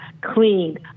clean